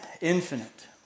infinite